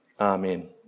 Amen